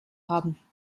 haben